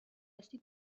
هستی